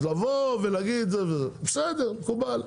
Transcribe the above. אז לבוא ולהגיד זה וזה בסדר מקובל,